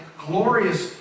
glorious